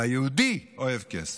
אבל היהודי אוהב כסף.